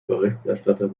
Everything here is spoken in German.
berichterstatter